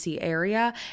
area